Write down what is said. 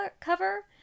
cover